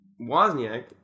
Wozniak